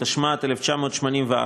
התשמ"ד 1984,